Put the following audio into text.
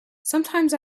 sometimes